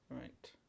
Right